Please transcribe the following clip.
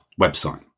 website